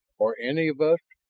or any of us,